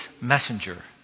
messenger